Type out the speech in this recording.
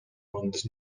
runs